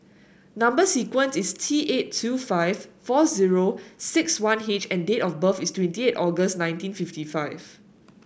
number sequence is T eight two five four zero six one H and date of birth is twenty eight August nineteen fifty five